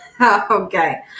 Okay